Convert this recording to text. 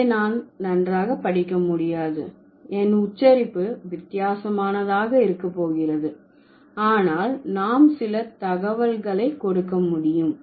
இதை நான் நன்றாக படிக்க முடியாது என் உச்சரிப்பு வித்தியாசமானதாக இருக்க போகிறது ஆனால் நாம் சில தகவல்களை கொடுக்க முடியும்